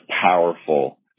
powerful